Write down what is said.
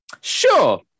Sure